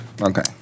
Okay